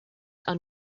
are